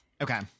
Okay